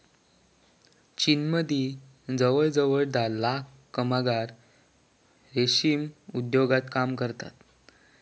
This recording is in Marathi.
चीनमदी जवळजवळ धा लाख कामगार रेशीम उद्योगात काम करतत